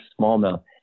smallmouth